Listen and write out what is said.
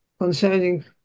concerning